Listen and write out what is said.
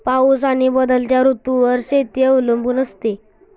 पाऊस आणि बदलत्या ऋतूंवर शेती अवलंबून असते